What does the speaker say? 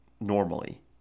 normally